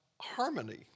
harmony